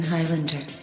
Highlander